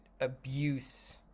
abuse